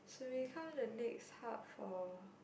should become the next hub for